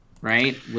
right